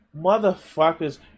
Motherfuckers